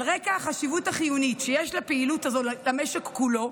על רקע החשיבות החיונית שיש לפעילות זאת למשק כולו,